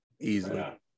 easily